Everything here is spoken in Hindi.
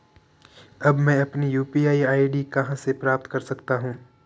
अब मैं अपनी यू.पी.आई आई.डी कहां से प्राप्त कर सकता हूं?